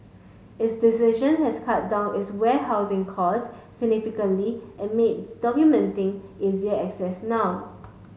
its decision has cut down its warehousing cost significantly and made documenting easier access now